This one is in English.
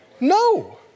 No